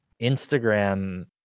Instagram